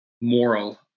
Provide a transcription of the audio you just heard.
moral